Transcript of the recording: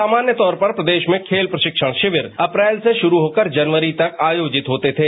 सामान्य तौर पर प्रदेश में खेल प्रशिक्षण शिविर अप्रैल से शुरू होकर जनवरी तक आयोजित होते थे